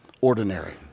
ordinary